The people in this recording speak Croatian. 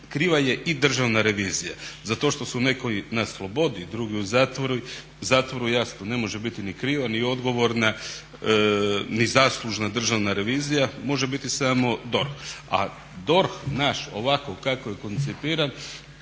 kriva je i Državna revizija, za to što su neki na slobodi, drugi u zatvoru jasno ne može biti ni kriva ni odgovorna ni zaslužna Državna revizija, može biti samo DORH. A DORH naš ovako kako je koncipiran